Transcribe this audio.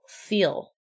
feel